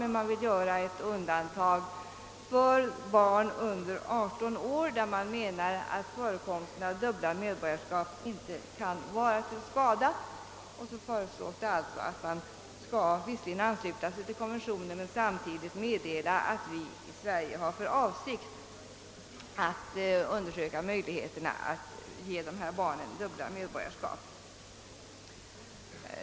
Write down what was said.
Man vill dock göra ett undantag för barn under 18 år, då man menar att förekomsten av dubbelt medborgarskap inte kan vara till skada. Det föreslås alltså att man visserligen skall ansluta sig till konventionen men samtidigt meddela att Sverige har för avsikt att undersöka möjligheterna att ge dessa barn dubbelt medborgarskap.